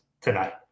tonight